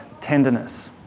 tenderness